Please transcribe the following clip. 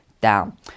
down